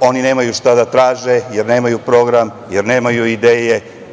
oni nemaju šta da traže, jer nemaju program, jer nemaju ideje